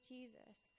Jesus